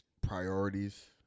priorities